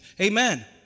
Amen